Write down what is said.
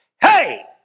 Hey